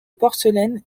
porcelaine